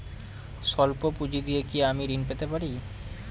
সল্প পুঁজি দিয়ে কি আমি ঋণ পেতে পারি?